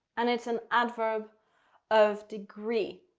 and it's an adverb of degree.